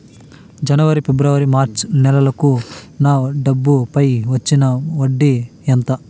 జనవరి, ఫిబ్రవరి, మార్చ్ నెలలకు నా డబ్బుపై వచ్చిన వడ్డీ ఎంత